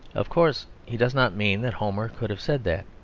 of course he does not mean that homer could have said that.